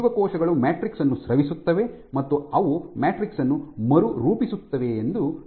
ಜೀವಕೋಶಗಳು ಮ್ಯಾಟ್ರಿಕ್ಸ್ ಅನ್ನು ಸ್ರವಿಸುತ್ತವೆ ಮತ್ತು ಅವು ಮ್ಯಾಟ್ರಿಕ್ಸ್ ಅನ್ನು ಮರುರೂಪಿಸುತ್ತವೆ ಎಂದು ತಿಳಿದುಬಂದಿದೆ